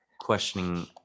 questioning